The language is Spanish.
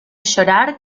llorar